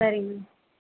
சரிங்க